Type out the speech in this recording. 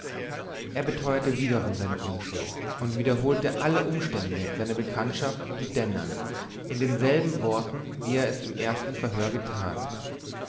er beteuerte wiederum seine unschuld und wiederholte alle umstände seiner bekanntschaft mit dennern in denselben worten wie er es im ersten verhör getan